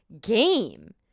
game